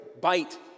bite